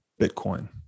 Bitcoin